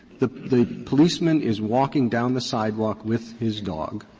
the the policeman is walking down the sidewalk with his dog,